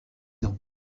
ans